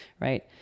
right